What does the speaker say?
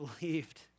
believed